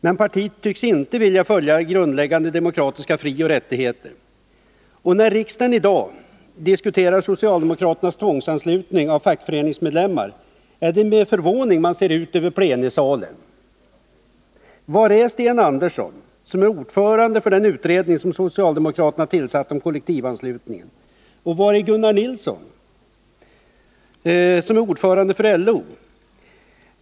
Men partiet tycks inte vilja följa grundläggande demokratiska frioch rättigheter. När riksdagen i dag diskuterar socialdemokraternas tvångsanslutning av fackföreningsmedlemmar är det med förvåning man ser ut över plenisalen. Var är Sten Andersson, som är ordförande för den utredning om kollektivanslutningen som socialdemokraterna har tillsatt? Och var är Gunnar Nilsson, som är ordförande för LO?